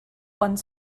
one